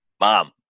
mom